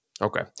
Okay